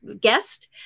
guest